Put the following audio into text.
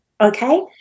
okay